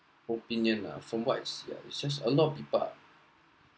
opinion lah from what is yeah it's just a lot of people are